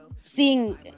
seeing